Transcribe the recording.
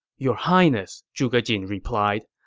your highness, zhuge jin replied,